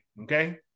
okay